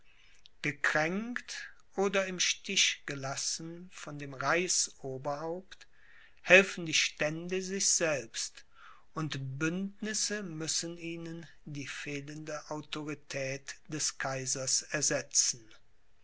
gekränkt oder im stich gelassen von dem reichsoberhaupt helfen die stände sich selbst und bündnisse müssen ihnen die fehlende autorität des kaisers ersetzen